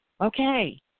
Okay